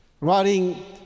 writing